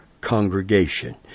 congregation